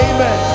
Amen